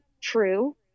true